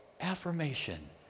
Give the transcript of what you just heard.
Affirmation